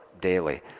daily